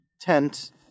tent